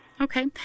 Okay